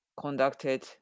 conducted